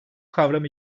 kavram